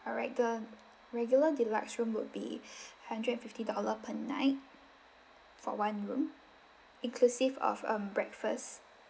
alright the regular deluxe room would be hundred and fifty dollar per night for one room inclusive of um breakfast